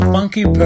Funky